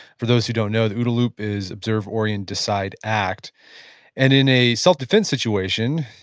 for those who don't know, the ooda loop is observe, orient, decide, act and in a self-defense situation,